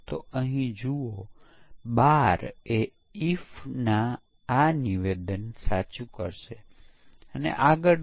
અને અલબત્ત યુનિટ પરીક્ષણ દરમિયાન પરીક્ષકો ત્યાં હોતા નથી વિકાસકર્તા દ્વારા આ બધી પ્રવૃત્તિઓ કરવામાં આવે છે